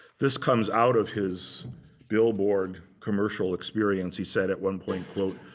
this comes out of his billboard commercial experience. he said at one point quote,